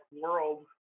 world